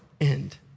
end